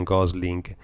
Gosling